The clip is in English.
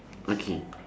okay